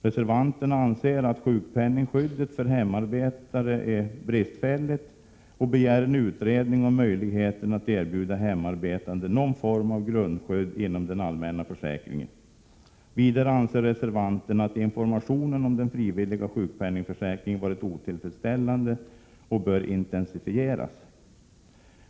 Reservanterna anser att sjukpenningskyddet för hemarbetande är bristfälligt och begär en utredning om möjligheten att erbjuda hemarbetande någon form av grundskydd inom den allmänna försäkringen. Vidare anser reservanterna att informationen om den frivilliga sjukpenningförsäkringen har varit otillfredsställande och att den bör intensifieras.